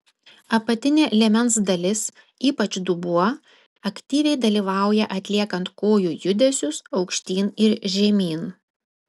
apatinė liemens dalis ypač dubuo aktyviai dalyvauja atliekant kojų judesius aukštyn ir žemyn